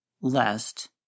lest